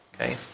Okay